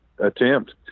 attempt